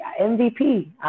MVP